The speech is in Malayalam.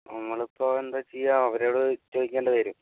നമ്മളിപ്പോൾ എന്താ ചെയ്യുക അവരോട് ചോദിക്കേണ്ടി വരും